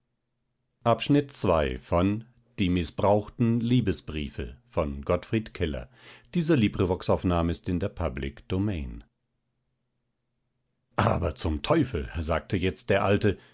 abgeschossene kanonenkugel aber zum teufel sagte jetzt der alte